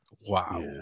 Wow